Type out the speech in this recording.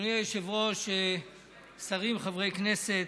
אדוני היושב-ראש, שרים, חברי כנסת,